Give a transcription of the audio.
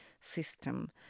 system